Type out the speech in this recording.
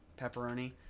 pepperoni